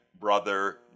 Brother